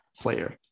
player